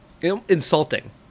insulting